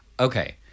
Okay